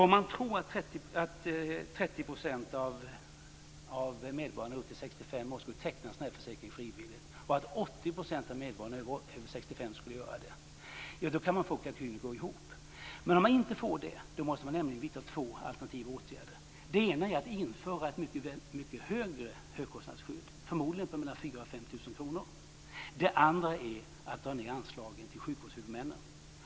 Om man tror att 30 % av medborgarna upp till 65 år frivilligt skulle teckna en sådan här försäkring och att 80 % av medborgarna över 65 år skulle göra det kan man få kalkylen att gå ihop. Men om man inte får det måste två alternativa åtgärder vidtas. Den ena är att införa ett mycket högre högkostnadsskydd. Förmodligen rör det sig om 4 000-5 000 kr. Den andra är att dra ned anslagen till sjukvårdshuvudmännen.